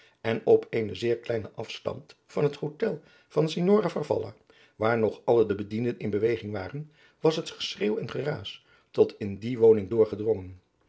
en op een zeer kleinen afftand van het hotel van signora farfalla waar nog alle de bedienden in beweging waren was het geschreeuw en geraas tot in die woning doorgedrongen